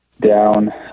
down